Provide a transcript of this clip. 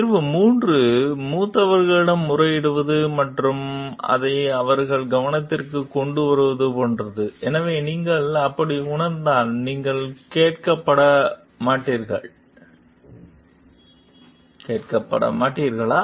தீர்வு 3 மூத்தவர்களிடம் முறையிடுவது மற்றும் அதை அவர்களின் கவனத்திற்கு கொண்டு வருவது போன்றது எனவே நீங்கள் அப்படி உணர்ந்தால் நீங்கள் கேட்கப்பட மாட்டீர்களா